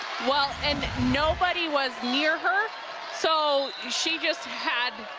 well, and nobody was near her so she just had